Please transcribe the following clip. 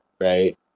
right